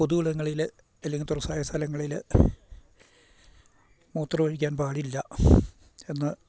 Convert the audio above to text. പൊതുയിടങ്ങളിൽ അല്ലെങ്കിൽ തുറസ്സായ സ്ഥലങ്ങളിൽ മൂത്രമൊഴിക്കാൻ പാടില്ല എന്ന്